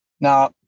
Now